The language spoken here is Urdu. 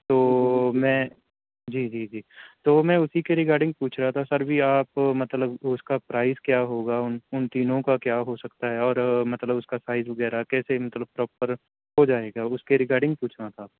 تو میں جی جی جی تو میں اسی کے ریگارڈنگ پوچھ رہا تھا سر بھی آپ مطلب اس کا پرائز کیا ہوگا ان ان تینوں کا کیا ہو سکتا ہے اور مطلب اس کا سائز وغیرہ کیسے مطلب پراپر ہو جائے گا اس کے ریگارڈنگ پوچھ رہا تھا